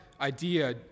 idea